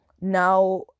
now